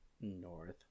North